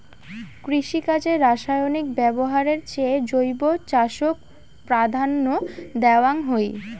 কৃষিকাজে রাসায়নিক ব্যবহারের চেয়ে জৈব চাষক প্রাধান্য দেওয়াং হই